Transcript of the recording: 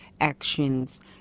actions